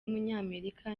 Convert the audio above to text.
w’umunyamerika